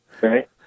Right